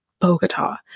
Bogota